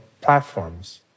platforms